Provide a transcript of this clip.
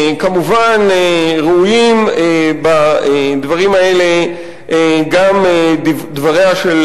כמובן ראויים בדברים האלה גם דבריה של